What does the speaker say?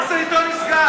איזה עיתון נסגר?